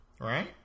right